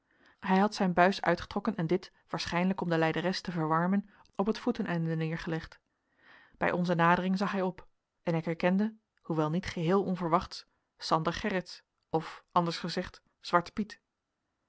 hij had zijn buis uitgetrokken en dit waarschijnlijk om de lijderes te verwarmen op het voeteneinde neergelegd bij onze nadering zag hij op en ik herkende hoewel niet geheel onverwachts sander gerritsz of anders gezegd zwarten piet